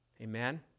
Amen